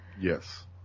Yes